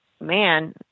man